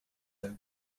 have